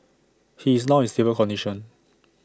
he is now in stable condition